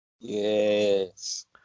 Yes